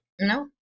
No